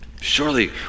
Surely